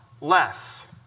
less